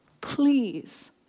Please